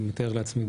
אני מתאר לעצמי,